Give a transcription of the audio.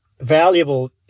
valuable